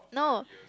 no